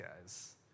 guys